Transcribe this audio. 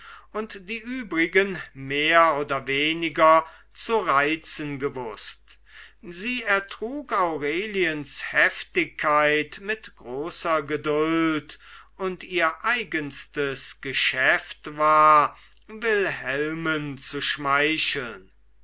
und die übrigen mehr oder weniger zu reizen gewußt sie ertrug aureliens heftigkeit mit großer geduld und ihr eigenstes geschäft war wilhelmen zu schmeicheln